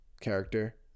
character